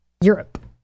europe